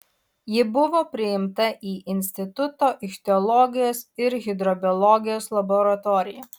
ji buvo priimta į instituto ichtiologijos ir hidrobiologijos laboratoriją